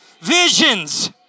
visions